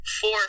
four